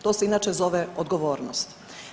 To se inače zove odgovornost.